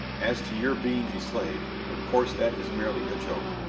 as to your being a slave, of course that is merely a joke,